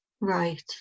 Right